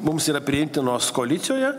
mums yra priimtinos koalicijoje